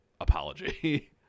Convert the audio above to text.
apology